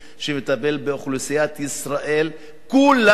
שמטפל באוכלוסיית ישראל כולה,